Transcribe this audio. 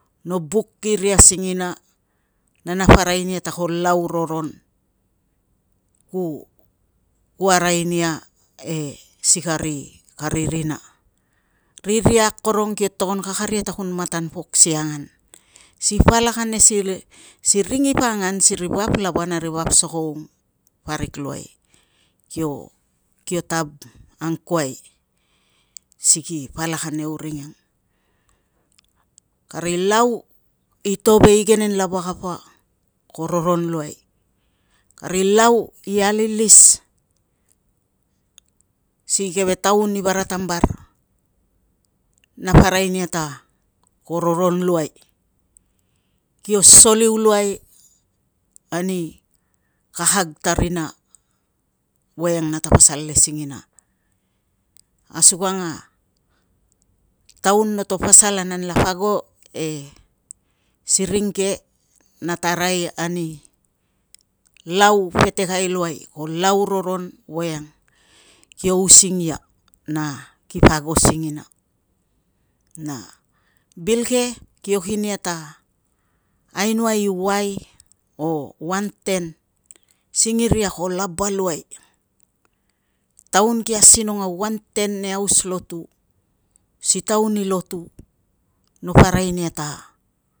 No buk iria singina na napo arai nia ta ko lau roron, ku arai nia e si kari kari rina. Riria akorong kipo togon kakaria ta kun matan pok asi angan si palak ane si ring ipo angan si ri vap lava na ri vap sokoung ko parik luai. Kio tav anguai si ki palak ane uring ang. Kari lau i to ve igenen lava kapa ko roron luai, kari lau i alilis si keve kaun i varatambar napa arai nia ta ko roron luai. Kio soliu luai ani kakag ta rina voiang nata pasal le singina, asukang a taun nata pasal a nanlapo ago e si ring ke, nata arai ani lau petekai luai. Lau roron voiang kio using ia na kipa ago singina. Na bil ke kio kin ia ta ainoai i uai o uanten singiria ko laba luai. Taun ki asinong a uanten nei aus lotu si taun i lotu no arai nia ta